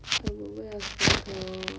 I would wear a sweater